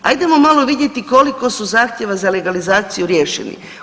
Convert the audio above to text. Ajdemo malo vidjeti koliko su zahtjeva za legalizaciju riješeni.